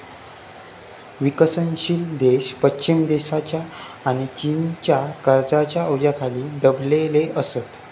विकसनशील देश पश्चिम देशांच्या आणि चीनच्या कर्जाच्या ओझ्याखाली दबलेले असत